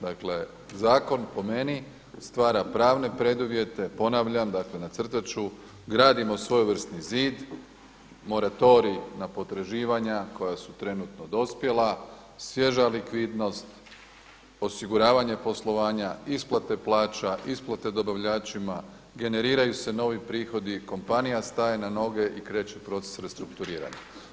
Dakle, zakon po meni stvara pravna preduvjete, ponavljam, dakle nacrtat ću, gradimo svojevrsni zid, moratorij na potraživanja koja su trenutno dospjela, svježa likvidnost, osiguravanje poslovanja, isplate plaća, isplate dobavljačima, generiraju se novi prihodi, kompanija staje na noge i kreće proces restrukturiranja.